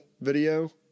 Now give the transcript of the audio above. video